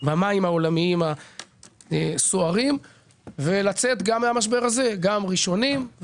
העולמיים הסוערים ולצאת מהמשבר הזה ראשונים,